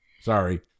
Sorry